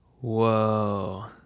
Whoa